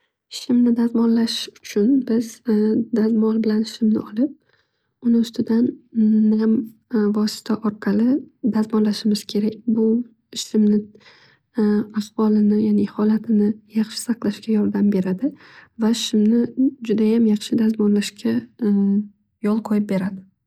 Shimni dazmollash uchun biz dazmol bilan shimni olib uni ustidan nam vosita orqali dazmollashimiz kerak bu shimni ahvolini yani holatini yaxshi saqlashga yordam beradi. Va shimni judayam yaxshi dazmollashga yo'q qo'yib beradi.